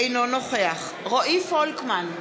אינו נוכח רועי פולקמן,